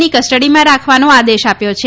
ની કસ્ટડીમાં રાખવાન આદેશ આપ્ય છે